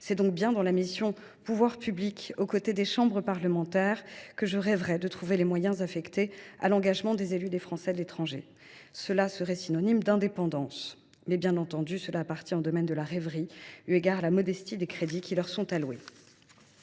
C’est donc bien dans la mission « Pouvoirs publics », aux côtés des chambres parlementaires, que je rêverais de trouver les moyens affectés à l’engagement des élus des Français à l’étranger. Cela serait synonyme d’indépendance. Mais, bien entendu, cela reste du domaine de la rêverie, eu égard à la modestie des crédits qui leur sont alloués.